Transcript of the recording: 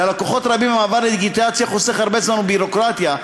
ללקוחות רבים המעבר לדיגיטציה חוסך הרבה זמן וביורוקרטיה.